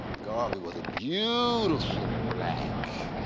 garvey was a beautiful black.